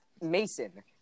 mason